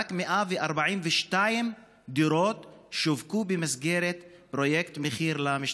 רק 142 דירות שווקו במסגרת פרויקט מחיר למשתכן,